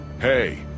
Hey